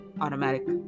Automatic